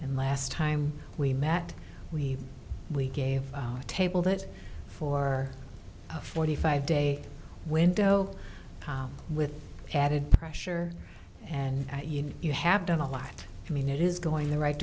and last time we met we we gave a table that for a forty five day window with added pressure and you know you have done a lot i mean it is going the right